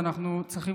יושב עם